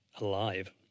alive